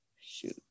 shoot